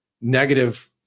negative